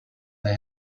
they